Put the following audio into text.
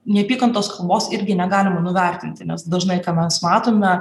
neapykantos kalbos irgi negalima nuvertinti nes dažnai ką mes matome